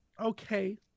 Okay